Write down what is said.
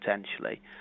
potentially